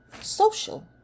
social